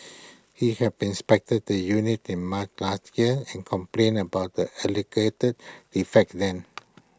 he had inspected the unit in March last year and complained about the alleged defects then